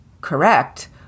correct